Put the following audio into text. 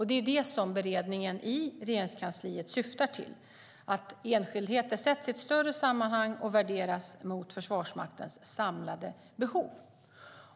Det är det som beredningen i Regeringskansliet syftar till. Enskildheter sätts in i ett större sammanhang och värderas mot Försvarsmaktens samlade behov.